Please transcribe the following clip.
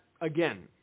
again